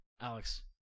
Alex